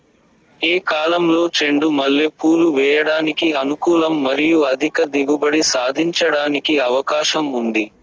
ఏ కాలంలో చెండు మల్లె పూలు వేయడానికి అనుకూలం మరియు అధిక దిగుబడి సాధించడానికి అవకాశం ఉంది?